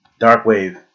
Darkwave